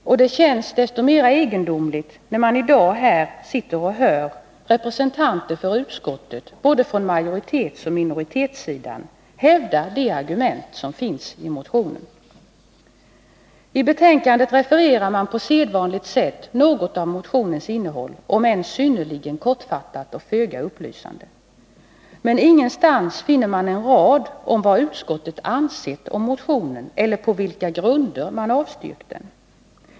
Det känns desto mer egendomligt, när man i dag hör representanter för utskottet — både från majoritetsoch minoritetssidan — hävda de argument som finns i motionen. I betänkandet refererar man på sedvanligt sätt något av motionens innehåll, om än synnerligen kortfattat och föga upplysande. Men ingenstans finner man en rad om vad utskottet ansett om motionen eller på vilka grunder man avstyrkt den.